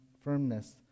firmness